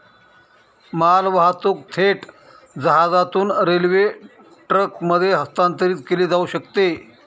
मालवाहतूक थेट जहाजातून रेल्वे ट्रकमध्ये हस्तांतरित केली जाऊ शकते